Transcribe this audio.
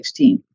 2016